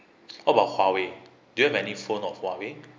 how about huawei do you have any phone of huawei